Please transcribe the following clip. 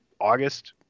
august